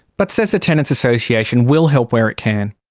but says the tenants association will help where it can.